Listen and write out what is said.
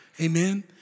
Amen